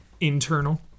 Internal